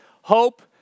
hope